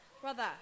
Brother